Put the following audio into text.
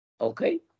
okay